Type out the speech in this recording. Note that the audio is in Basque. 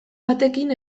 batekin